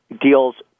deals